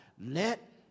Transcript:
Let